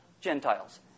Gentiles